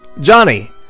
Johnny